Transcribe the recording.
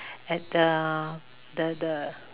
at the the the